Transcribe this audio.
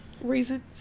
reasons